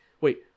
wait